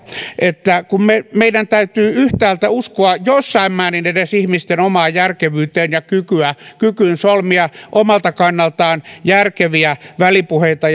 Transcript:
meidän täytyy yhtäältä uskoa edes jossain määrin ihmisten omaan järkevyyteen ja kykyyn ja kykyyn solmia omalta kannaltaan järkeviä välipuheita